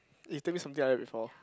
you tell me something like that before